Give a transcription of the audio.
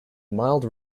mild